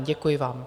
Děkuji vám.